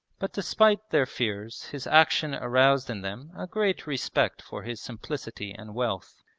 but despite their fears his action aroused in them a great respect for his simplicity and wealth.